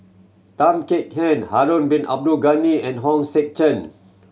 Tan Kek Hiang Harun Bin Abdul Ghani and Hong Sek Chern